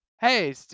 hey